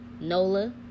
NOLA